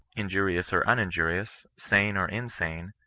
injurious or uninjurious, sane or insane,